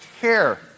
care